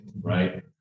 right